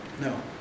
No